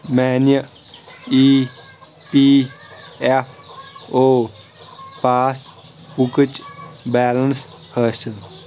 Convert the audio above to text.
میٛانہِ E P F O پاس بُکٕچ بیلنٕس حٲصِل